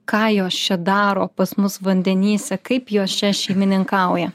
ką jos čia daro pas mus vandenyse kaip jos čia šeimininkauja